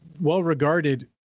well-regarded